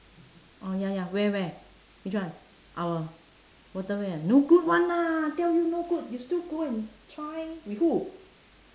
orh ya ya where where which one our waterway ah no good [one] lah tell you no good you still go and try with who